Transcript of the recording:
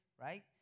right